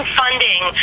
funding